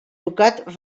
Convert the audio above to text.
ducat